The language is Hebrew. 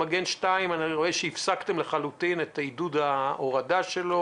אני רואה שהפסקתם לחלוטין את עידוד ההורדה שלו,